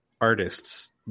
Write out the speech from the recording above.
artists